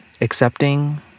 accepting